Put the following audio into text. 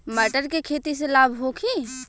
मटर के खेती से लाभ होखे?